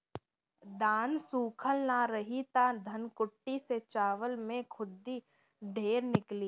धान सूखल ना रही त धनकुट्टी से चावल में खुद्दी ढेर निकली